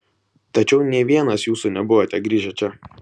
tačiau nė vienas jūsų nebuvote grįžę čia